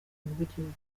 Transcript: bw’igihugu